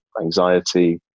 anxiety